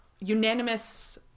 unanimous